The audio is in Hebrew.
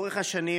לאורך השנים